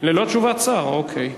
ללא תשובת שר, אוקיי.